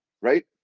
right